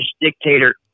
dictator